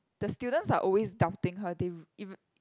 the students are always doubting her they